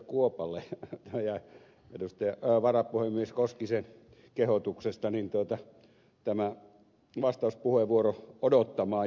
kuopalle jäi varapuhemies koskisen kehotuksesta tämä vastauspuheenvuoro odottamaan